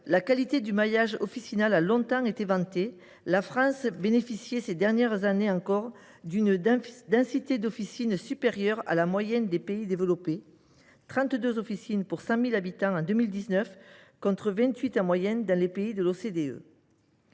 la qualité du maillage officinal a longtemps été vantée. La France bénéficiait, ces dernières années encore, d’une densité d’officines supérieure à la moyenne des pays développés : trente deux officines pour 100 000 habitants en 2019 contre vingt huit, en moyenne, dans les pays de l’OCDE.